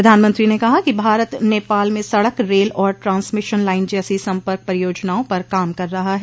प्रधानमंत्री ने कहा कि भारत नेपाल में सड़क रेल और ट्रांसमिशन लाइन जैसी सम्पर्क परियोजनाओं पर काम कर रहा है